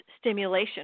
stimulation